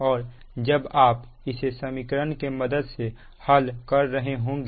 और जब आप इसे समीकरण के मदद से हल कर रहें होंगे